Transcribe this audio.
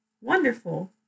Wonderful